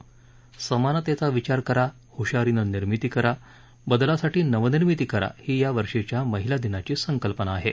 समानतेचा विचार करा हुशारीनं निर्मिती करा बदलासाठी नवनिर्मिती करा ही या वर्षीच्या महिला दिनाची संकल्पना आहे